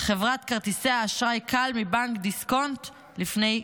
חברת כרטיסי האשראי כאל מבנק דיסקונט לפני כשנה.